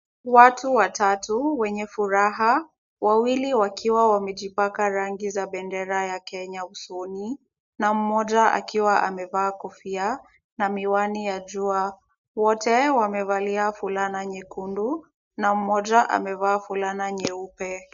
Watu watatu wenye furaha, wawili wakiwa wamejipaka rangi za bendera ya Kenya usoni na mmoja akiwa amevaa kofia na miwani ya jua. Wote wamevalia fulana nyekundu na mmoja amevaa fulana nyeupe.